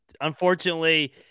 Unfortunately